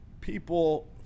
people